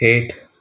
हेठि